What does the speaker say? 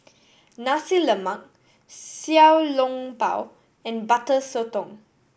Nasi Lemak Xiao Long Bao and Butter Sotong